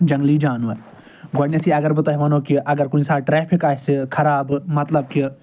جنٛگلی جانور گۄڈٕنٮ۪تھے اَگر بہٕ تۄہہِ وَنو کہِ اگر کُنہِ ساتہٕ ٹرٛیفِک آسہِ خراب مطلب کہِ